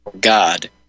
God